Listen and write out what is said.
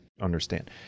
understand